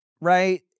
right